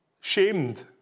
shamed